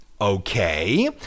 okay